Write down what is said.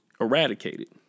eradicated